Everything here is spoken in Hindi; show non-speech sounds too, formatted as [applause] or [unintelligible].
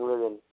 [unintelligible]